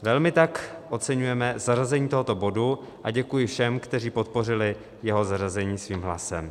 Velmi tak oceňujeme zařazení tohoto bodu a děkuji všem, kteří podpořili jeho zařazení svým hlasem.